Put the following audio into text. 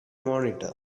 monitor